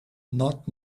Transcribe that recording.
not